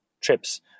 trips